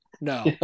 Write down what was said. No